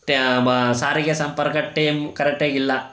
ಟ್ಯೆ ಮ ಸಾರಿಗೆ ಸಂಪರ್ಕ ಟೇಮ್ ಕರೆಕ್ಟಾಗಿಲ್ಲ